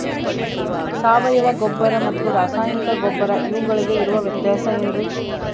ಸಾವಯವ ಗೊಬ್ಬರ ಮತ್ತು ರಾಸಾಯನಿಕ ಗೊಬ್ಬರ ಇವುಗಳಿಗೆ ಇರುವ ವ್ಯತ್ಯಾಸ ಏನ್ರಿ?